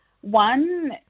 One –